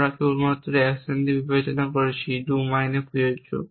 আমরা কেবলমাত্র সেই অ্যাকশন বিবেচনা করছি যা ডু মাইনে প্রযোজ্য